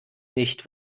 nicht